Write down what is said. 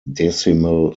decimal